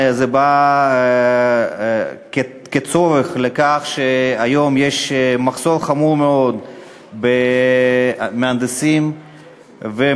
זה בא כצורך כי היום יש מחסור חמור מאוד במהנדסים ומדענים,